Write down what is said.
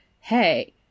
hey